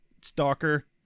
stalker